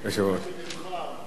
אם כך, אנחנו,